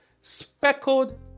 speckled